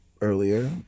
Earlier